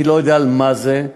אני לא יודע על מה זה,